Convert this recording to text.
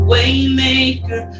Waymaker